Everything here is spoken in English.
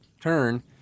turn